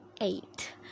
Eight